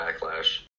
backlash